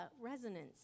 resonance